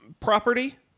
property